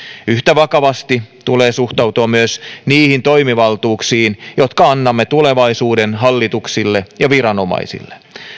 yhtä vakavasti tulee suhtautua myös niihin toimivaltuuksiin jotka annamme tulevaisuuden hallituksille ja viranomaisille